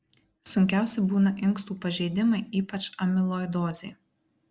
sunkiausi būna inkstų pažeidimai ypač amiloidozė